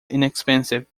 inexpensive